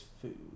food